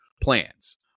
plans